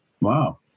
Wow